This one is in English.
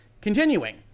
Continuing